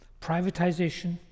privatization